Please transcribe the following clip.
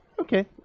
okay